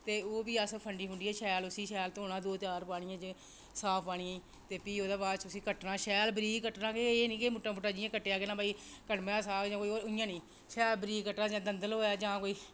ते ओह् भी अस फंडिुयै भी उसी शैल धोना चार पंज पानियै च साफ पानी ते भी ओह्दे बाद उसी कट्टना ते शैल बरीक कट्टना ते एह् निं कि जि'यां मुट्टा मुट्टा कट्टेआ कि भई कड़में दा साग जां कोई होर इ'यां नेईं शैल बरीक कट्टना जां कोई दंदल होऐ जां कोई